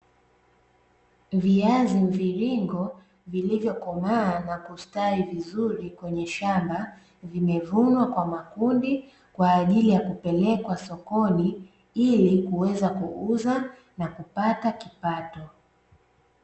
Viazi mviringo vilivyokomaa na kustawi vizuri kwenye shamba, vimevunwa kwa makundi kwa ajili ya kupelekwa sokoni, ili kuweza kuuza na kupata kipato.